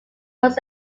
was